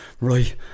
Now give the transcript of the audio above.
right